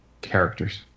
characters